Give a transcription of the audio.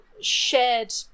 shared